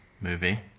movie